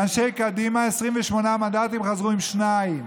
ואנשי קדימה, 28 מנדטים, חזרו עם שניים.